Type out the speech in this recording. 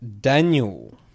Daniel